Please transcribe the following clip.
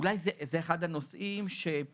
אולי זה אחד הנושאים שלמדתי,